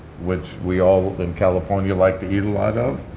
which we all in california like to eat a lot of.